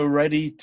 ready